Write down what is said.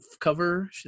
cover